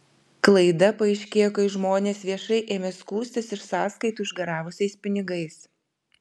klaida paaiškėjo kai žmonės viešai ėmė skųstis iš sąskaitų išgaravusiais pinigais